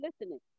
listening